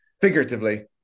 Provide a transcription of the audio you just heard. Figuratively